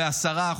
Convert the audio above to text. ב-10%,